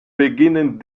beginnen